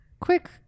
quick